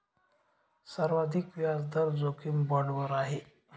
सर्वाधिक व्याजदर जोखीम बाँडवर आहे